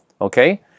okay